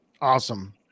Awesome